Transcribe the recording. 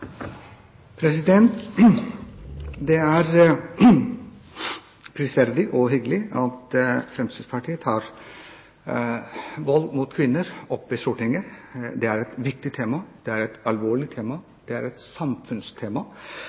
prisverdig og hyggelig at Fremskrittspartiet tar vold mot kvinner opp i Stortinget. Det er et viktig tema, det er et alvorlig tema, det er et samfunnstema.